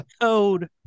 Code